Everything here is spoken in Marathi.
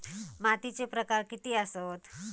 मातीचे प्रकार किती आसत?